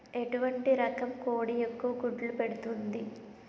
ఎటువంటి రకం కోడి ఎక్కువ గుడ్లు పెడుతోంది?